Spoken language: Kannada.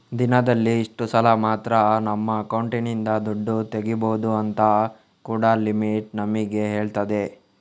ದಿನದಲ್ಲಿ ಇಷ್ಟು ಸಲ ಮಾತ್ರ ನಮ್ಮ ಅಕೌಂಟಿನಿಂದ ದುಡ್ಡು ತೆಗೀಬಹುದು ಅಂತ ಕೂಡಾ ಲಿಮಿಟ್ ನಮಿಗೆ ಹೇಳ್ತದೆ